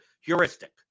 heuristic